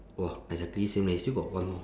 !wah! exactly same leh still got one more